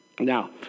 Now